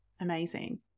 Amazing